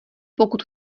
pokud